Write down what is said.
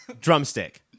drumstick